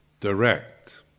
direct